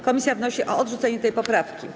Komisja wnosi o odrzucenie tej poprawki.